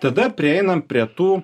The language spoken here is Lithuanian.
tada prieinam prie tų